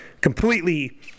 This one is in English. Completely